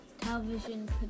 television